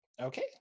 Okay